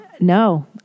no